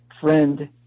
friend